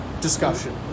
Discussion